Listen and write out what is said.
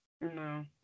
No